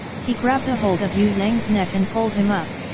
he grabbed ahold of yue yang's neck and pulled him up,